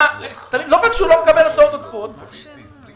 לא רק שהוא לא מקבל הוצאות עודפות תיראו,